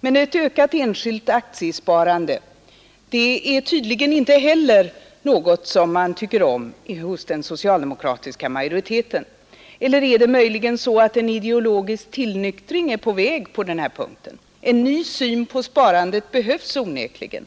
Men ett ökat enskilt aktiesparande är tydligen inte heller något som den socialdemokratiska majoriteten tycker om. Eller är möjligen en ideologisk tillnyktring på väg? En ny syn på sparandet behövs onekligen.